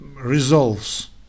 resolves